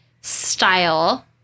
style